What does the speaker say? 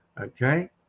okay